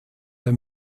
der